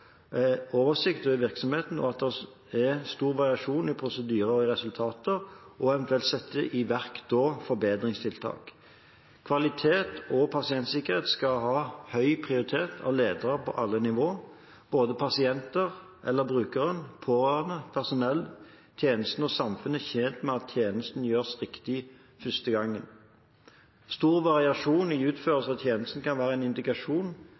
oversikt om virksomheten – om det er stor variasjon i prosedyrene og i resultatene – og eventuelt kan sette i verk forbedringstiltak. Kvalitet og pasientsikkerhet skal ha høy prioritet av ledere på alle nivå. Både pasienten eller brukeren, pårørende, personellet, tjenestene og samfunnet er tjent med at tjenestene gjøres riktig første gang. Stor variasjon i utførelsen av tjenestene kan være en indikasjon